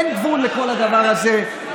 אין גבול לכל הדבר הזה,